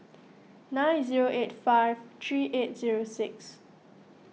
nine zero eight five three eight zero six